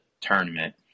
tournament